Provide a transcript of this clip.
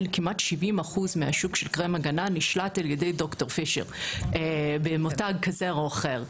כמעט 70% מהשוק של קרם הגנה נשלט על ידי ד"ר פישר במותג כזה או אחר,